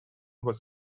was